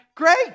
great